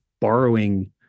borrowing